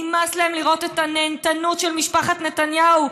נמאס להם לראות את הנהנתנות של משפחת נתניהו,